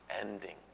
ending